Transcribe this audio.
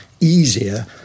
easier